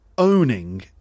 owning